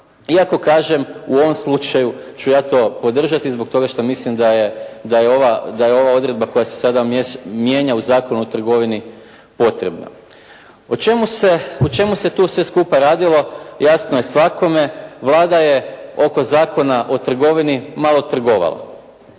Iako kažem, u ovom slučaju ću ja to podržati zbog toga što mislim da je ova odredba koja se sada mijenja u Zakonu o trgovini potrebna. O čemu se tu sve skupa radilo, jasno je svakome. Vlada je oko Zakona o trgovini malo trgovala.